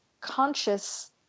conscious